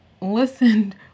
listened